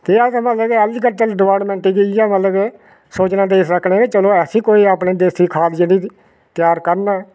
कि अस agriculture department गी इ'यै मतलब कि सोचना देई सकने कि चलो ऐसी कोई अपनी देसी खाद जेह्ड़ी त्यार करन